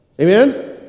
amen